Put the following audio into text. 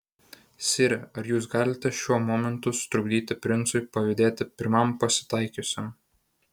sire ar jūs galite šiuo momentu sutrukdyti princui pavydėti pirmam pasitaikiusiam